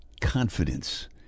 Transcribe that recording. confidence